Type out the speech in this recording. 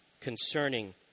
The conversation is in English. concerning